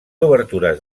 obertures